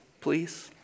please